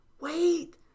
wait